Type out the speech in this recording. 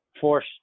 force –